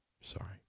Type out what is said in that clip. Sorry